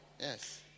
Yes